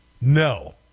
No